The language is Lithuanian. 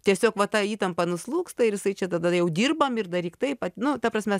tiesiog va ta įtampa nuslūgsta ir jisai čia tada jau dirbam ir daryk taip vat nu ta prasme